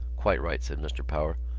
quite right, said mr. power.